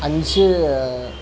അഞ്ച്